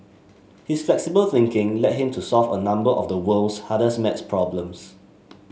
his flexible thinking led him to solve a number of the world's hardest maths problems